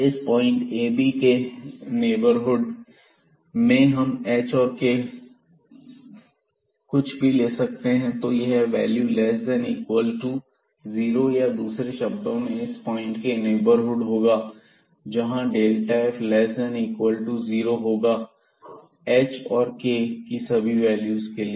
इस point ab के neighbourhood में हम h और kकुछ भी ले सकते हैं तो यह value less than equal to 0 या दूसरे शब्दों में यह इस पॉइंट ab का नेबरहुड होगा जहां यह f less than equal to 0 होगा h और k की सभी वैल्यू के लिए